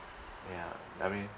ya I mean